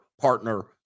partner